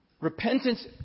Repentance